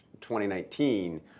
2019